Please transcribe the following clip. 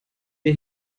der